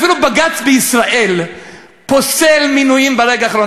אפילו בג"ץ בישראל פוסל מינויים ברגע האחרון.